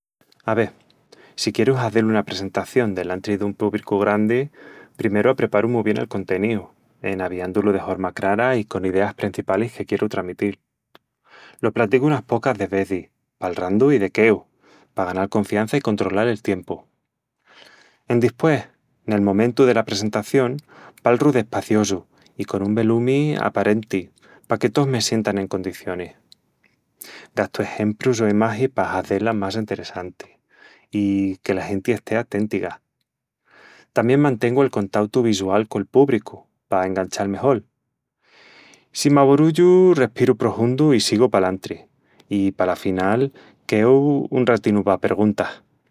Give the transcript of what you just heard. Ave... si quieru hazel una presentación delantri dun púbricu grandi, primeru apreparu mu bien el conteníu, en aviandu-lu de horma crara i con ideas prencipalis que quieru tramitil. Lo platicu unas pocas de vezis palrandu i de queu pa ganal confiança i controlal el tiempu. Endispués, nel momentu dela presentación, palru despaciosu i con un velumi aparenti paque tós me sientan en condicionis... Gastu exemprus o imagis pa hazé-la más enteressanti i que la genti estea téntiga. Tamién mantengu el contautu visual col púbricu pa enganchal mejol. Si m'aborullu, respiru prohundu i sigu palantri. I pala final queu un ratinu pa perguntas.